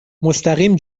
مستقیم